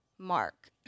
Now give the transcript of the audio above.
Mark